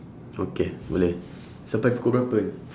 okay boleh sampai pukul berapa